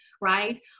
right